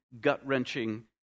gut-wrenching